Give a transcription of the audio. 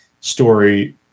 story